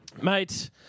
Mate